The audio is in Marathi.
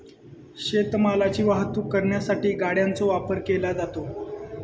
शेत मालाची वाहतूक करण्यासाठी गाड्यांचो वापर केलो जाता